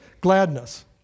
gladness